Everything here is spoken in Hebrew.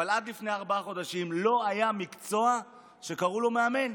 אבל עד לפני ארבעה חודשים לא היה מקצוע שקראו לו מאמן,